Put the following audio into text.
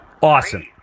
Awesome